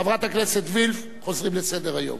חברת הכנסת וילף, חוזרים לסדר-היום.